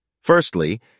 Firstly